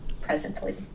presently